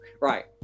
Right